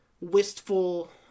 wistful